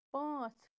پانٛژھ